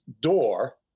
door